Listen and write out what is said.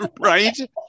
right